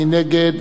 מי נגד?